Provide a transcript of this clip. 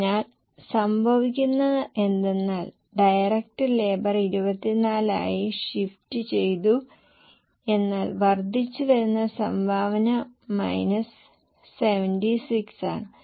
അതിനാൽ സംഭവിക്കുന്നത് എന്തെന്നാൽ ഡയറക്ട് ലേബർ 24 ആയി ഷിഫ്റ്റ് ചെയ്തു എന്നാൽ വർദ്ധിച്ചുവരുന്ന സംഭാവന മൈനസ് 76 ആണ്